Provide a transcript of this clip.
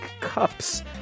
cups